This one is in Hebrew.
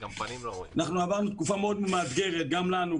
אנחנו עברנו תקופה מאוד מאתגרת גם לנו,